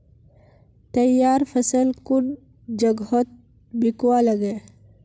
तैयार फसल कुन जगहत बिकवा लगे?